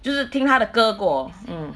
就是听他的歌过